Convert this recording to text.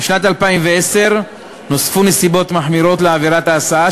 בשנת 2010 נוספו נסיבות מחמירות לעבירת ההסעה,